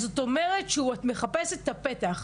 זה אומר שאת מחפשת את הפתח.